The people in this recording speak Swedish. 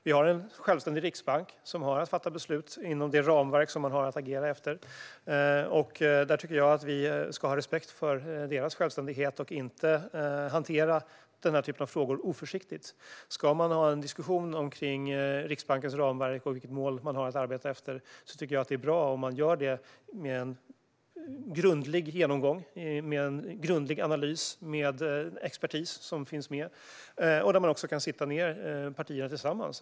Vi har en självständig riksbank som har att fatta beslut inom det ramverk som man har att agera efter. Jag tycker att vi ska ha respekt för deras självständighet och inte hantera den här typen av frågor oförsiktigt. Ska man ha en diskussion om Riksbankens ramverk och vilka mål man ska ha att arbeta efter tycker jag att det är bra om man gör en grundlig genomgång och en grundlig analys. Expertis ska finnas med, och partierna ska sitta ned tillsammans.